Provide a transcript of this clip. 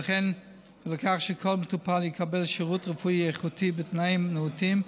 ולכך שכל מטופל יקבל שירות רפואי איכותי בתנאים נאותים,